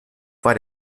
war